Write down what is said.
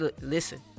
Listen